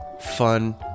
fun